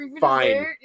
Fine